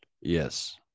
Yes